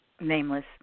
nameless